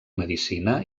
medicina